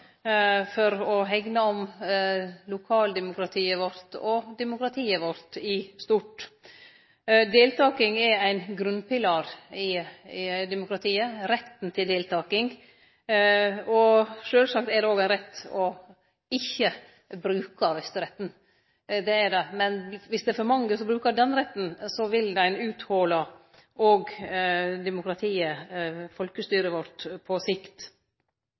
for å hegne om lokaldemokratiet vårt og demokratiet vårt, i stort. Deltaking er ein grunnpilar i demokratiet, retten til deltaking. Sjølvsagt er det òg ein rett å ikkje bruke røysteretten – men viss det er for mange som brukar den retten, vil ein uthole demokratiet, folkestyret vårt på sikt.